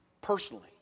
personally